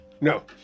No